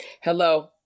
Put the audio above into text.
Hello